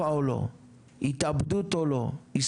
בנו סעיף תקציבי אמורפי שאי אפשר